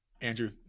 Andrew